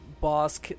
boss